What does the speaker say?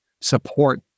support